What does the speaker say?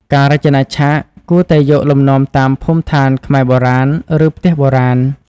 ការរចនាឆាក គួរតែយកលំនាំតាមភូមិឋានខ្មែរបុរាណ ឬផ្ទះបុរាណ។